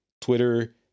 Twitter